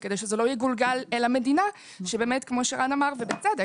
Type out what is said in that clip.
וכדי שזה לא יגולגל אל המדינה שבאמת כמו שרן אמר ובצדק,